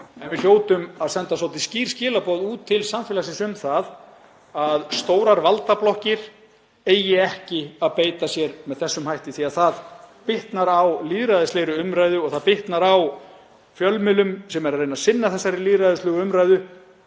en við hljótum að senda svolítið skýr skilaboð út til samfélagsins um að stórar valdablokkir eigi ekki að beita sér með þessum hætti því að það bitnar á lýðræðislegri umræðu og það bitnar á fjölmiðlum sem eru að reyna að sinna þessari lýðræðislegu umræðu,